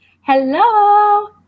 Hello